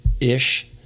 ish